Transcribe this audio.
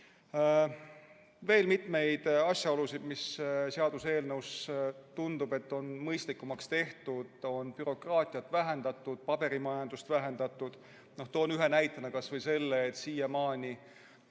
Veel mitmeid asjaolusid, mis on seaduseelnõus, nagu tundub, mõistlikumaks tehtud. On bürokraatiat ja paberimajandust vähendatud. Toon ühe näitena kas või selle, et siiamaani